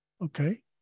Okay